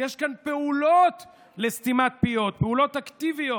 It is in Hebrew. יש כאן פעולות לסתימת פיות, פעולות אקטיביות,